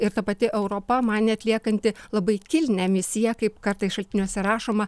ir ta pati europa manė atliekanti labai kilnią misiją kaip kartais šaltiniuose rašoma